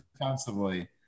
defensively